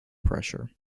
pressure